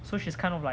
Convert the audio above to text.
so she's kind of like